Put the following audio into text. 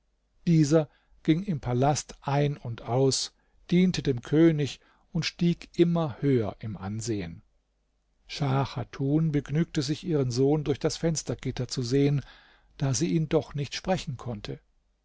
dieser ging im palast ein und aus diente dem könig und stieg immer höher im ansehen schah chatun begnügte sich ihren sohn durch das fenstergitter zu sehen da sie ihn doch nicht sprechen konnte